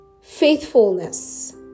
faithfulness